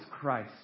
Christ